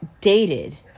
dated